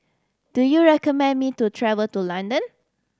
do you recommend me to travel to London